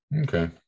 okay